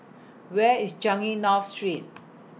Where IS Changi North Street